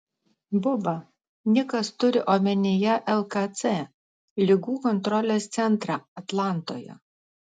buba nikas turi omenyje lkc ligų kontrolės centrą atlantoje